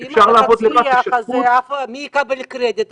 אפשר לעבוד יחד בשותפות --- ואם זה יצליח מי יקבל קרדיט?